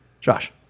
Josh